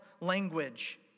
language